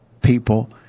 people